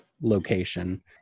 location